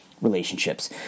relationships